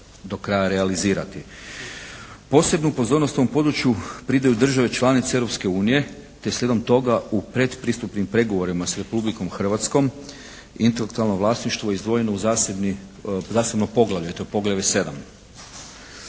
do kraja realizirati. Posebnu pozornost u ovom području pridaju države članice Europske unije te slijedom toga u predpristupnim pregovorima s Republikom Hrvatskom intelektualno vlasništvo izdvojeno u zasebno poglavlje. To je poglavlje 7.